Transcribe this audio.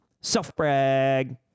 Self-brag